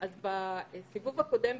בסיבוב הקודם,